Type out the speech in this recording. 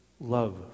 love